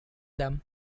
them